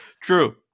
True